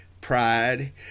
pride